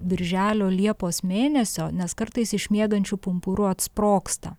birželio liepos mėnesio nes kartais iš miegančių pumpurų atsprogsta